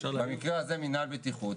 במקרה הזה מנהל בטיחות,